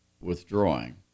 withdrawing